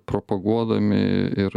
propaguodami ir